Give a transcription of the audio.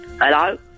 Hello